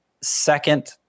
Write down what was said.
second